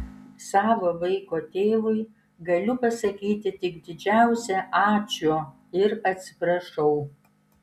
savo vaiko tėvui galiu pasakyti tik didžiausią ačiū ir atsiprašau